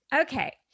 okay